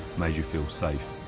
made you feel safe.